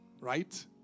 right